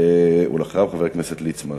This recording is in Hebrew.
ואחריו, חבר הכנסת ליצמן.